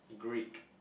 Greek